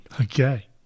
Okay